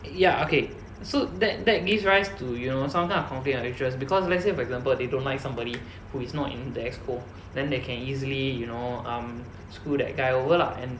ya okay so that that gives rise to you know some kind of conflict of interest because let's say for example they don't like somebody who is not in the exco then they can easily you know um screw that guy over lah and